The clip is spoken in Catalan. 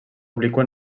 obliqua